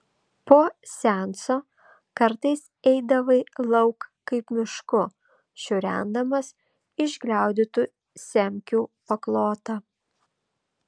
po seanso kartais eidavai lauk kaip mišku šiurendamas išgliaudytų semkių paklotą